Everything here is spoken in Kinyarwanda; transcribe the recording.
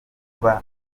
kuba